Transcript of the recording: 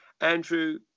Andrew